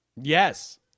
yes